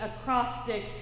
acrostic